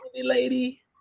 lady